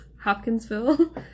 Hopkinsville